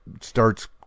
starts